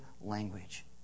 language